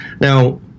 Now